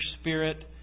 Spirit